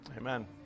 Amen